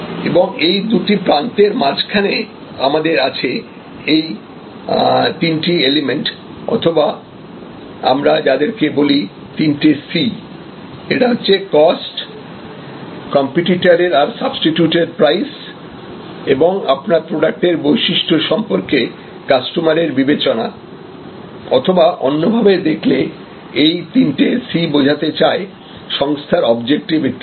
এবং এই দুটি প্রান্তের মাঝখানে আমাদের আছে এই তিনটি এলিমেন্ট অথবা আমরা যাদেরকে বলি তিনটে C এটা হচ্ছে কস্ট কম্পিটিটারের আর সাবস্টিটিউট এর প্রাইস এবং আপনার প্রোডাক্ট এর বৈশিষ্ট্য সম্পর্কে কাস্টমারের বিবেচনা অথবা অন্যভাবে দেখলে এই তিনটে C বোঝাতে চায় সংস্থার অবজেক্টিভ ইত্যাদি